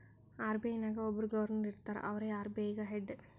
RBI ನಾಗ್ ಒಬ್ಬುರ್ governor ಇರ್ತಾರ ಅವ್ರೇ ಆರ್.ಬಿ.ಐ ಗ ಹೆಡ್